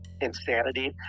insanity